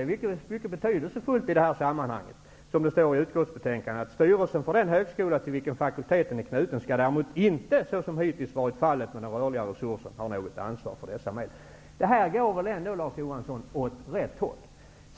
Dessutom står i utskottsbetänkandet, vilket är mycket betydelsefullt i detta sammanhang, att ''styrelsen för den högskola till vilken fakulteten är knuten skall däremot inte -- så som hittills varit fallet med den rörliga resursen -- ha något ansvar för dessa medel''. Detta går väl ändå åt rätt håll,